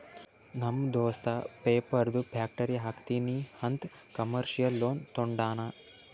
ನಮ್ ದೋಸ್ತ ಪೇಪರ್ದು ಫ್ಯಾಕ್ಟರಿ ಹಾಕ್ತೀನಿ ಅಂತ್ ಕಮರ್ಶಿಯಲ್ ಲೋನ್ ತೊಂಡಾನ